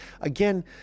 Again